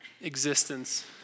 existence